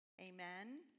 Amen